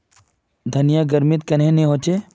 धनिया गर्मित कन्हे ने होचे?